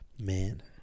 man